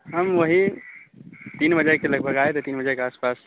ہم وہی تین بجے کے لگ بھگ آئے تین بجے کے آس پاس